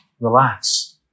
Relax